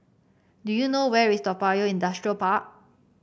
do you know where is Toa Payoh Industrial Park